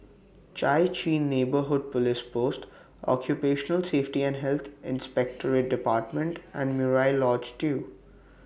Chai Chee Neighbourhood Police Post Occupational Safety and Health Inspectorate department and Murai Lodge two